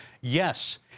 Yes